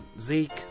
zeke